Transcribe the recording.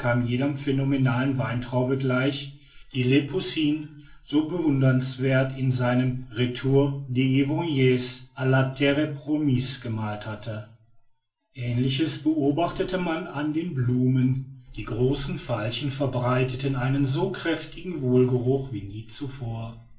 jener phänomenalen weintraube gleich die le poussin so bewunderungswürdig in seinem retour des envoys la terre promise gemalt hat aehnliches beobachtete man an den blumen die großen veilchen verbreiteten einen so kräftigen wohlgeruch wie nie zuvor